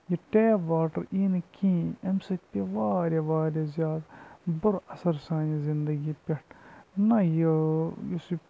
یہِ tap water ای نہٕ کِہیٖنۍ اَمہِ سۭتۍ پے واریاہ واریاہ زیادٕ بُرٕ اثر سانہِ زندگی پٮ۪ٹھ نہ یہِ یُس یہِ